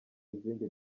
izindi